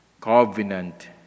covenant